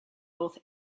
both